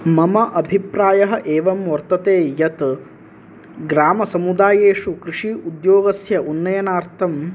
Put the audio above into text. मम अभिप्रायः एवं वर्तते यत् ग्रामसमुदायेषु कृषि उद्योगस्य उन्नयनार्थम्